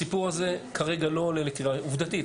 הסיפור הזה כרגע לא עולה לקריאה עובדתית,